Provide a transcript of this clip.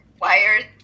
Wired